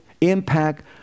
impact